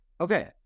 Okay